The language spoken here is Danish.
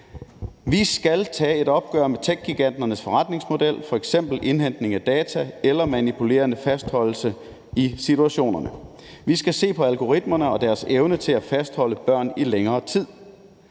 Vi skal tage et opgør med techgiganterne forretningsmodel, f.eks. indhentelse af data eller manipulerende fastholdelse i situationerne. Vi skal se på algoritmerne og deres evne til at fastholde børn i længere tid,